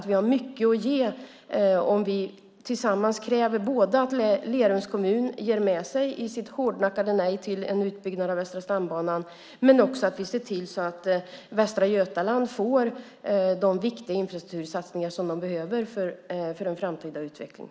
Vi har mycket att ge om vi båda tillsammans kräver att Lerums kommun ger upp sitt hårdnackade nej till en utbyggnad av Västra stambanan och om vi också ser till att Västra Götaland får de viktiga infrastruktursatsningar som man behöver för den framtida utvecklingen.